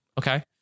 okay